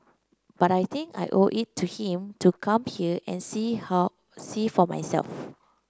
but I think I owe it to him to come here and see see for myself